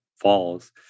falls